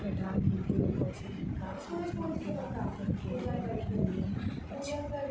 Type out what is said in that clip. प्रधानमंत्री कौशल विकास योजना केँ आवेदन केँ लेल की नियम अछि?